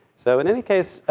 so, in any case,